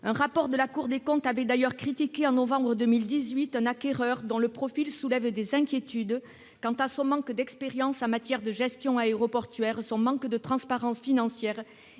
Un rapport de la Cour des comptes avait d'ailleurs critiqué en novembre 2018 un acquéreur dont le profil soulève des inquiétudes quant à son manque d'expérience en matière de gestion aéroportuaire, son manque de transparence financière